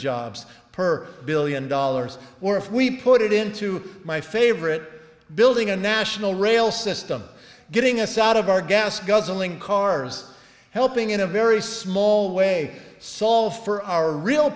jobs per billion dollars or if we put it into my favorite building a national rail system getting us out of our gas guzzling cars helping in a very small way solve for our real